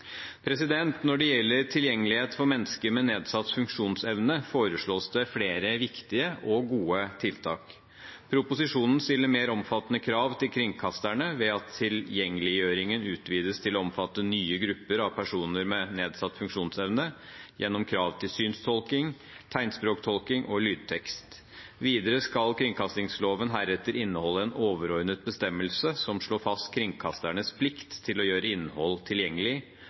Når det gjelder tilgjengelighet for mennesker med nedsatt funksjonsevne, foreslås det flere viktige og gode tiltak. Proposisjonen stiller mer omfattende krav til kringkasterne ved at tilgjengeliggjøringen utvides til å omfatte nye grupper av personer med nedsatt funksjonsevne, gjennom krav til synstolking, tegnspråktolking og lydtekst. Videre skal kringkastingsloven heretter inneholde en overordnet bestemmelse som slår fast kringkasternes plikt til å gjøre innhold tilgjengelig,